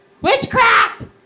witchcraft